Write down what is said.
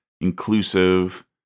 inclusive